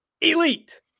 Elite